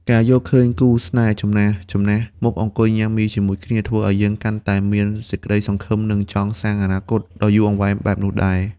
ការឃើញគូស្នេហ៍ចំណាស់ៗមកអង្គុយញ៉ាំមីជាមួយគ្នា ធ្វើឱ្យយើងកាន់តែមានសេចក្តីសង្ឃឹម និងចង់សាងអនាគតដ៏យូរអង្វែងបែបនោះដែរ។